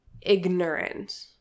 ignorant